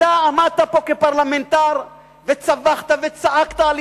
אתה עמדת פה כפרלמנטר וצווחת וצעקת על